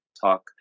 talk